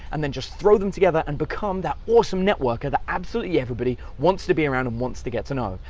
and then just throw them together and become that awesome networker that absolutely everybody wants to be around and wants to get to know.